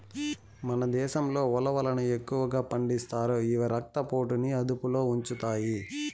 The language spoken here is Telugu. మన దేశంలో ఉలవలను ఎక్కువగా పండిస్తారు, ఇవి రక్త పోటుని అదుపులో ఉంచుతాయి